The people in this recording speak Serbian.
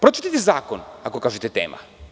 Pročitajte zakon, ako kažete – tema.